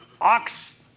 ox